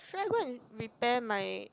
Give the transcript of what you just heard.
should I go and repair my